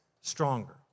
stronger